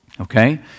okay